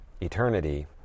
eternity